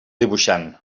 dibuixant